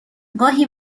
گاهی